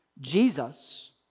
Jesus